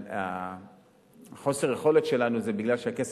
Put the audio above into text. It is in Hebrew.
אבל חוסר היכולת שלנו זה בגלל שהכסף